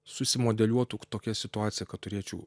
susimodeliuotų tokia situacija kad turėčiau